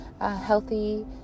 healthy